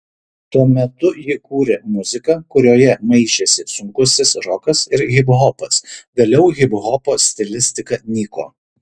tuo metu ji kūrė muziką kurioje maišėsi sunkusis rokas ir hiphopas vėliau hiphopo stilistika nyko